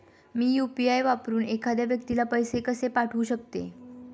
मी UPI वापरून एखाद्या व्यक्तीला पैसे कसे पाठवू शकते?